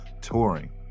touring